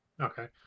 Okay